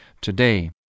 today